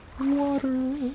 Water